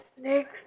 next